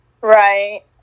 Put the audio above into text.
Right